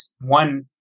one